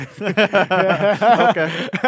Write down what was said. okay